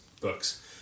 books